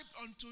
unto